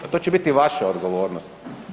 A to će biti vaša odgovornost.